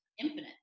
infinite